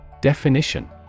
Definition